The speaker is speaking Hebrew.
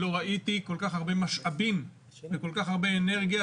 לא ראיתי כל כך הרבה משאבים וכל כך הרבה אנרגיה,